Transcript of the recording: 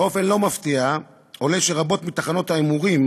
באופן לא מפתיע עולה שרבות מתחנות ההימורים,